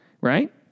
right